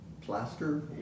plaster